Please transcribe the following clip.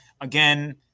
again